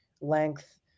length